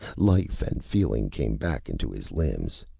life and feeling came back into his limbs.